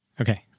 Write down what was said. Okay